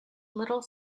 little